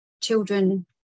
children